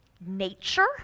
nature